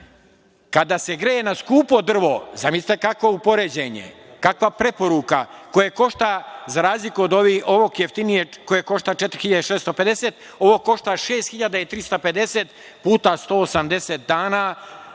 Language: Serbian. se greje na skupo drvo, zamislite kakvo poređenje, kakva preporuka, koje košta za razliku od ovog jeftinijeg koje košta 4.650 dinara ovo košta 6.350 puta 180 dana.